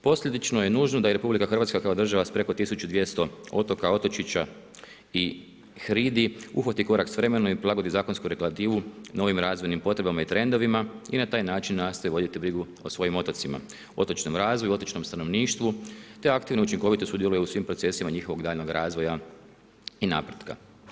Posljedično je nužno da i RH kao država s preko 1200 otoka, otočića i hridi uhvati korak s vremenom i prilagodi zakonsku regulativu na ovim razvojnim potrebama i trendovima i na taj način nastoji voditi brigu o svojim otocima, otočnom razvoju, otočnom stanovništvu te aktivno i učinkovito sudjeluje u svim procesima njihovog daljnjeg razvoja i napretka.